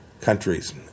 countries